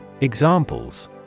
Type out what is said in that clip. Examples